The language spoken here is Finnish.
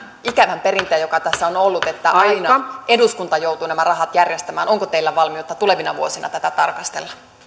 ikävän perinteen joka tässä on ollut että aina eduskunta joutuu nämä rahat järjestämään onko teillä valmiutta tulevina vuosina tätä tarkastella